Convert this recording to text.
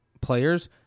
players